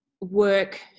work